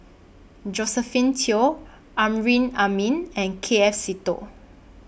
Josephine Teo Amrin Amin and K F Seetoh